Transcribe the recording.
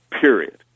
period